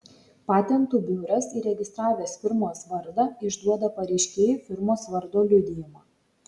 patentų biuras įregistravęs firmos vardą išduoda pareiškėjui firmos vardo liudijimą